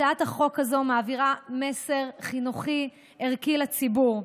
הצעת החוק הזאת מעבירה מסר חינוכי וערכי לציבור.